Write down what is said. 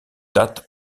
dat